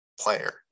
player